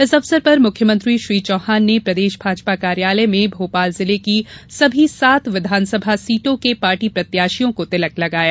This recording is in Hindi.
इस अवसर पर मुख्यमंत्री श्री चौहान ने प्रदेश भाजपा कार्यालय में भोपाल जिले की सभी सात विधानसभा सीटों के पार्टी प्रत्याशियों को तिलक लगाया